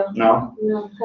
know. i